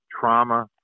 trauma